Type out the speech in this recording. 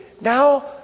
now